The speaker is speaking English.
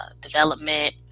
development